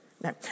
No